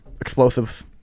Explosives